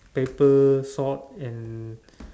paper sword and